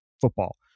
football